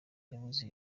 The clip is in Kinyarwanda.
yabuze